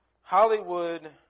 Hollywood